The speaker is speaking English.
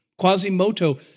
Quasimodo